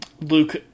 Luke